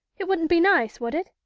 it wouldn't be nice, would it?